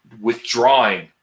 withdrawing